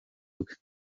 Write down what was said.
bwe